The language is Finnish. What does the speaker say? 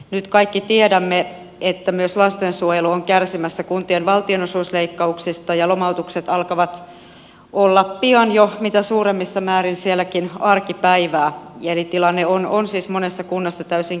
nyt kaikki tiedämme että myös lastensuojelu on kärsimässä kuntien valtionosuusleikkauksista ja lomautukset alkavat olla pian jo mitä suurimmassa määrin sielläkin arkipäivää eli tilanne on siis monessa kunnassa täysin kestämätön